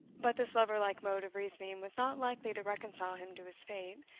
but this lover-like mode of reasoning was not likely to reconcile him to his fate,